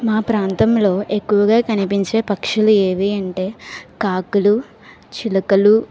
మా ప్రాంతంలో ఎక్కువగా కనిపించే పక్షులు ఏవి అంటే కాకులు చిలకలు